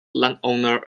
landowner